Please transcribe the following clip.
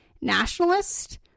nationalist